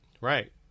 right